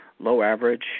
low-average